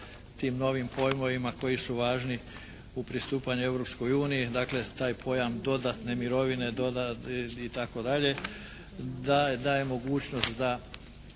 tim novim pojmovima koji su važni u pristupanju Europskoj uniji, dakle taj pojam "dodatne mirovine" itd. da daje mogućnost da